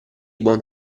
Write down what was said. buon